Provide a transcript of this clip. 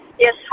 Yes